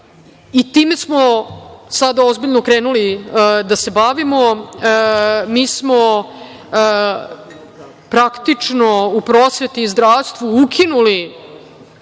I, time smo sada ozbiljno krenuli da se bavimo. Mi smo praktično u prosveti i zdravstvu ukinuli,